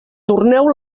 torneu